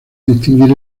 distinguir